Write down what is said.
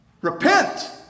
Repent